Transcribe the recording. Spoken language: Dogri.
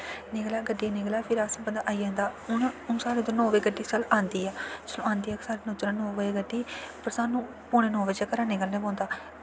निकलै गड्डी निकलै फिर बंदा आई जंदा हून साढ़े इद्धर नौ बजे गड्डी चल आंदी ऐ चलो आंदी ऐ साढे नौ बजे गड्डी पर सानूं पौने नौ बजे घरा दा निकलना पौंदा